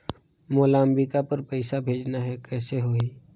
मोला अम्बिकापुर पइसा भेजना है, कइसे होही?